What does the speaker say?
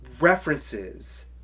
references